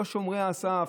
לא שומרי הסף.